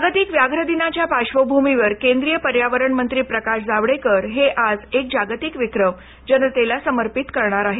जागतिक व्याघ्र दिनाच्या पार्श्वभूमीवर केंद्रीय पर्यावरण मंत्री प्रकाश जावडेकर हे आज एक जागतिक विक्रम जनतेला समर्पित करणार आहेत